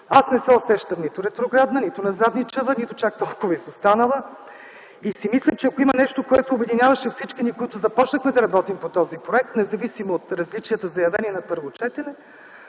Аз не се усещам нито ретроградна, нито назадничава, нито чак толкова изостанала и си мисля, че ако има нещо, което обединяваше всички ни, които започнахме да работим по този проект, независимо от различията, изявени в първо четене,